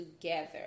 together